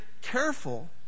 careful